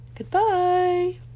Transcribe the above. Goodbye